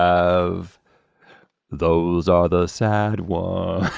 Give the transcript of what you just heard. ah have those are those sad